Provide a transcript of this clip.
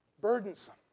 burdensome